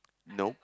no